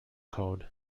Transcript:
code